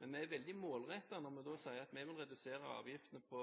Men vi er veldig målrettet når vi da sier at vi vil redusere avgiftene på